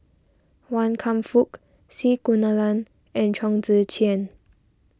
Wan Kam Fook C Kunalan and Chong Tze Chien